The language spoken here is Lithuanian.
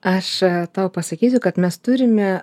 aš tau pasakysiu kad mes turime